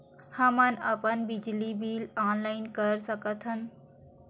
हमन अपन बिजली बिल ऑनलाइन कर सकत हन?